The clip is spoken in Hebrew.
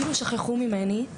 כאילו שכחו ממני.